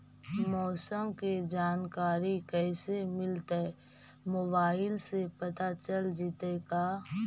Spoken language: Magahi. मौसम के जानकारी कैसे मिलतै मोबाईल से पता चल जितै का?